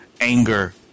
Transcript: anger